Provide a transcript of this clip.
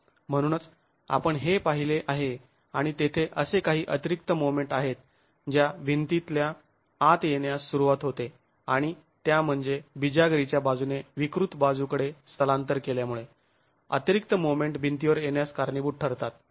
म्हणूनच आपण हे पाहिले आहे आणि तेथे असे काही अतिरिक्त मोमेंट आहेत ज्या भिंतीतल्या आत येण्यास सुरुवात होते आणि त्या म्हणजे बिजागरीच्या बाजूने विकृत बाजूकडे स्थलांतर केल्यामुळे अतिरिक्त मोमेंट भिंतीवर येण्यास कारणीभूत ठरतात